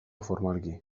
formalki